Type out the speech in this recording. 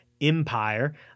Empire